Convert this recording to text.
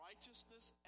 Righteousness